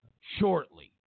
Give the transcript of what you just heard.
shortly